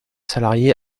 salariés